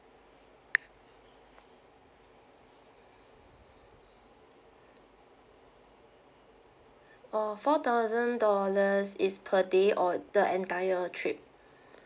oh four thousand dollars is per day or the entire trip